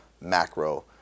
macro